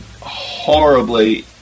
horribly